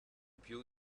più